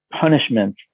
punishment